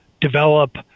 develop